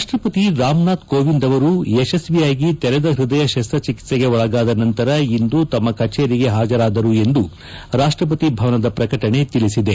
ರಾಷ್ಷಪತಿ ರಾಮನಾಥ್ ಕೋವಿಂದ್ ಅವರು ಯಶಸ್ತಿಯಾಗಿ ತೆರೆದ ಪ್ಪದಯ ಶಸ್ತಚಿಕಿತ್ಸೆಗೆ ಒಳಗಾದ ನಂತರ ಇಂದು ತಮ್ಮ ಕಚೇರಿಗೆ ಹಾಜರಾದರು ಎಂದು ರಾಷ್ಷವತಿ ಭವನದ ಪ್ರಕಟಣೆ ತಿಳಿಸಿದೆ